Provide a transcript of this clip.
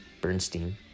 Bernstein